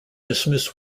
dismiss